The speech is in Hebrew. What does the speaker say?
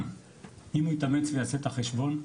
אם הוא יתאמץ ויעשה את החשבון,